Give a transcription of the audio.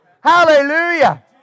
Hallelujah